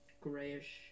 grayish